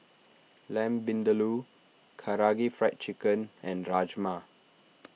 Lamb Vindaloo Karaage Fried Chicken and Rajma